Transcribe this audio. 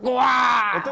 why?